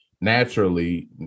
naturally